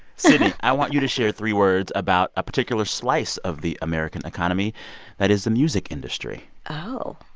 so and i want you to share three words about a particular slice of the american economy that is the music industry oh,